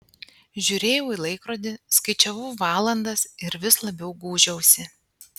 žiūrėjau į laikrodį skaičiavau valandas ir vis labiau gūžiausi